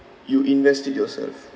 you invest it yourself